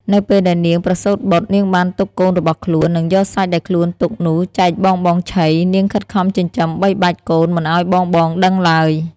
នៅពេលដែលនាងប្រសូតបុត្រ នាងបានទុកកូនរបស់ខ្លួន និងយកសាច់ដែលខ្លួនទុកនោះចែកបងៗឆី នាងខិតខំចិញ្ចឹមបីបាច់កូនមិនឲ្យបងៗដឹងឡើយ។